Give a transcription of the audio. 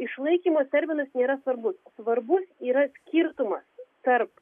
išlaikymo terminas nėra svarbus svarbus yra skirtumas tarp